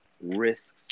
risks